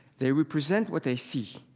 they represent what they see,